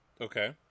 Okay